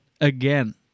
again